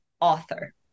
author